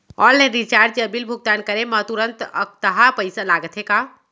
Online recharge या bill भुगतान करे मा तुरंत अक्तहा पइसा लागथे का?